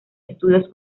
estudios